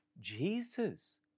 Jesus